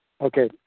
Okay